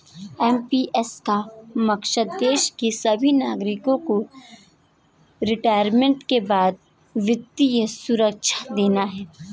NPS का मकसद देश के सभी नागरिकों को रिटायरमेंट के बाद वित्तीय सुरक्षा देना है